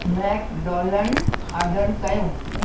McDonald order कयो